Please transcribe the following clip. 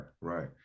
right